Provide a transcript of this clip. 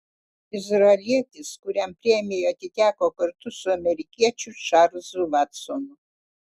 izraelietis kuriam premija atiteko kartu su amerikiečiu čarlzu vatsonu